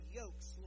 yokes